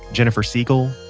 jennifer sigl,